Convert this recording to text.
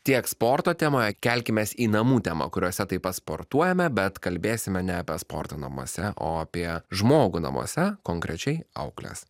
tiek sporto temoje kelkimės į namų temą kuriuose taip pat sportuojame bet kalbėsime ne apie sportą namuose o apie žmogų namuose konkrečiai aukles